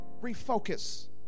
refocus